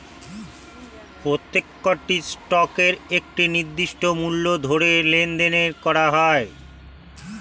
প্রত্যেকটি স্টকের একটি নির্দিষ্ট মূল্য ধরে লেনদেন করা হয়